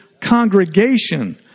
congregation